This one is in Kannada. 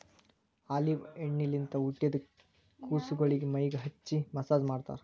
ಆಲಿವ್ ಎಣ್ಣಿಲಿಂತ್ ಹುಟ್ಟಿದ್ ಕುಸಗೊಳಿಗ್ ಮೈಗ್ ಹಚ್ಚಿ ಮಸ್ಸಾಜ್ ಮಾಡ್ತರ್